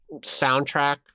soundtrack